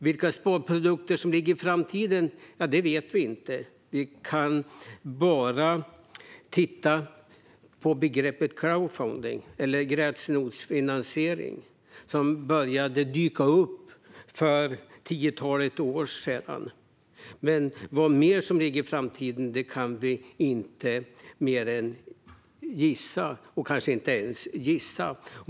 Vilka sparprodukter som ligger i framtiden vet vi inte. Vi kan bara titta på begreppet crowdfunding, eller gräsrotsfinansiering, som började dyka upp för ett tiotal år sedan. Vad som ligger i framtiden kan vi inte mer än gissa, och kanske inte ens det.